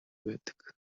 байдаг